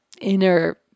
inner